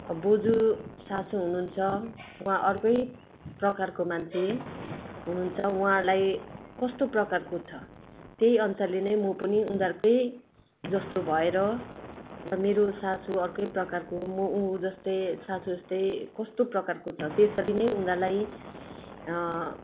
अब बजू सासू हुनुहुन्छ उहाँ अर्कै प्रकारको मान्छे हुनुहुन्छ उहाँलाई कस्तो प्रकारको छ त्यही अनुसारले म पनि उनीहरूकै जस्तो भएर र मेरो सासू अर्कै प्रकारको म ऊ जस्तै सासू जस्तै कस्तो प्रकारको छ त्यसरी नै उनीहरूलाई